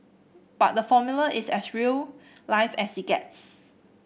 but the formula is as real life as it gets